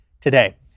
today